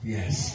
Yes